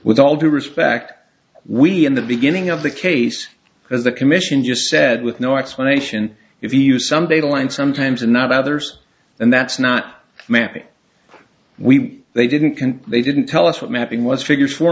with all due respect we in the beginning of the case because the commission just said with no explanation if you use some data line sometimes and not others and that's not mapping we they didn't can they didn't tell us what mapping was figures four